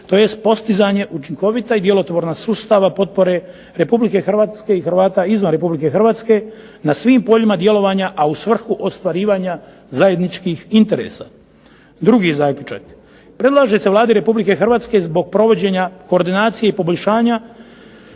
tj. postizanje učinkovita i djelotvorna sustava potpore Republike Hrvatske i Hrvata izvan Republike Hrvatske na svim poljima djelovanja, a u svrhu ostvarivanja zajedničkih interesa. Drugi zaključak: Predlaže se Vladi Republike Hrvatske zbog provođenja koordinacije i poboljšanja